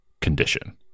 condition